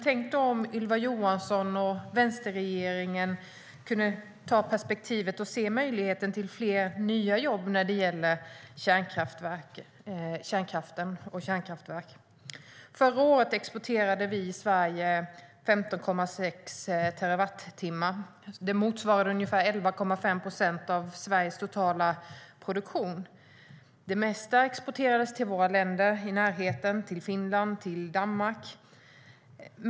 Tänk om Ylva Johansson och vänsterregeringen kunde ta perspektivet att se möjligheten till fler nya jobb när det gäller kärnkraften och kärnkraftverk! Förra året exporterade vi i Sverige 15,6 terawattimmar. Det motsvarade ungefär 11,5 procent av Sveriges totala produktion. Det mesta exporterades till länder i närheten, till Finland och Danmark.